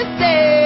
say